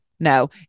No